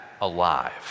alive